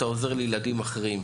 אתה עוזר לילדים אחרים.